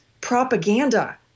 propaganda